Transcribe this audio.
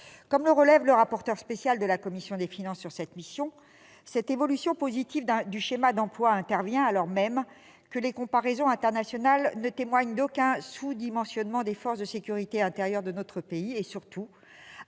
Comme le relève le rapporteur spécial de la commission des finances sur cette mission, cette évolution positive du schéma d'emplois intervient alors même que les comparaisons internationales ne témoignent d'aucun sous-dimensionnement des forces de sécurité intérieure de notre pays, et surtout